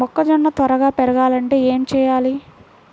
మొక్కజోన్న త్వరగా పెరగాలంటే ఏమి చెయ్యాలి?